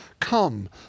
Come